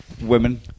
women